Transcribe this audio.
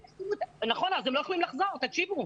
אז הם לא יכולים לחזור ללמד.